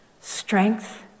strength